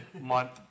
month